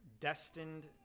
destined